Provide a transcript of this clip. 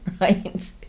right